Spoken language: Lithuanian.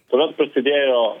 tuomet prasidėjo